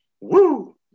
Woo